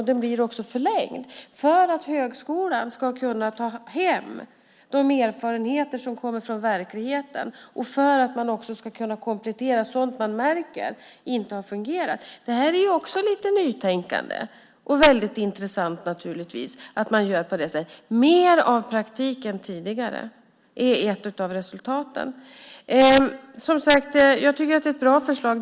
Den blir också förlängd för att högskolan ska kunna ta hem de erfarenheter som kommer från verkligheten och för att man ska kunna komplettera sådant som man märker inte har fungerat. Detta är också lite nytänkande, och det är mycket intressant att göra på det sättet. Mer praktik än tidigare är ett av resultaten. Jag tycker att det är ett bra förslag.